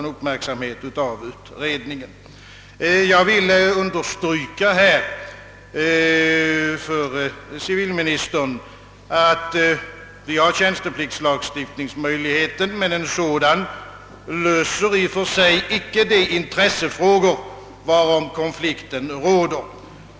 Jag vill understryka, herr civilminister, att de möjligheter tjänsteplikts lagstiftningen ger inte i och för sig löser de intressefrågor om vilka konflikt uppstått.